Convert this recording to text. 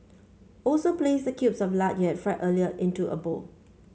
also place the cubes of lard you had fried earlier into a bowl